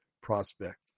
prospect